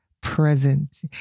present